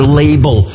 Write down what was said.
label